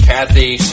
Kathy